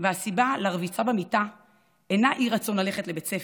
והסיבה לרביצה במיטה אינה אי-רצון ללכת לבית הספר.